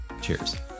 Cheers